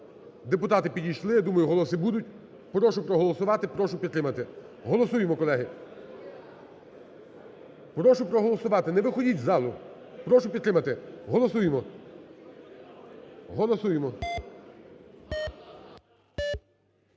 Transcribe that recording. Депутати підійшли, я думаю, голоси будуть. Прошу проголосувати, прошу підтримати. Голосуємо, колеги. Прошу проголосувати, не виходіть із залу. Прошу підтримати, голосуємо, голосуємо.